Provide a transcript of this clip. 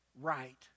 right